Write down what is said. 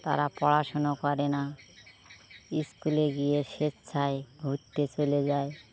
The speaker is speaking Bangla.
তারা পড়াশুনো করে না স্কুলে গিয়ে স্বেচ্ছায় ঘুরতে চলে যায়